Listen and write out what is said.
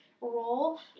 role